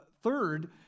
third